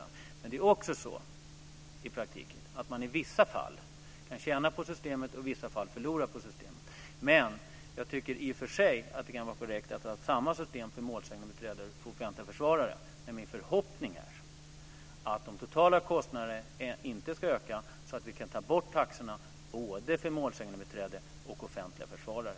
I praktiken är det också så att man i vissa fall kan tjäna på systemet och i vissa fall förlora på systemet. Men i och för sig kan det, tycker jag, vara korrekt att ha samma system för målsägandebiträden som för offentliga försvarare. Men min förhoppning är att de totala kostnaderna inte ska öka, så att vi i framtiden kan ta bort taxorna för både målsägandebiträden och offentliga försvarare.